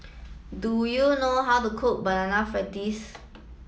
do you know how to cook banana fritters